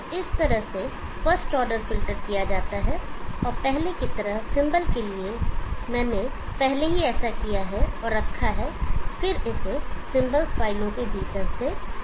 तो इस तरह से फर्स्ट ऑर्डर फ़िल्टर किया जाता है और पहले की तरह सिंबल के लिए मैंने पहले ही ऐसा किया है और रखा है और फिर इसे सिंबल्स फाइलों के भीतर से कॉल किया है